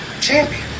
champion